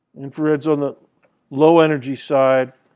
infrared's on the low energy side.